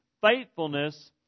faithfulness